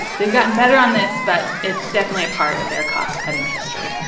they've gotten better on this, but it's definitely a part of their cost-cutting history.